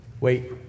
Wait